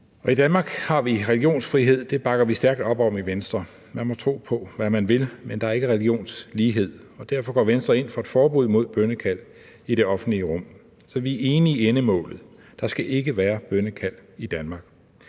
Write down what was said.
I Danmark har vi religionsfrihed. Det bakker vi stærkt op om i Venstre. Man må tro på, hvad man vil, men der er ikke religionslighed. Derfor går Venstre ind for et forbud mod bønnekald i det offentlige rum, så vi er enige i endemålet: Der skal ikke være bønnekald i Danmark.